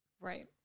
Right